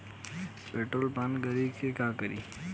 Petrol पान करी त का करी?